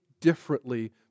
differently